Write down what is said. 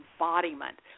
embodiment